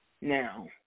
now